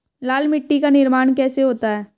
लाल मिट्टी का निर्माण कैसे होता है?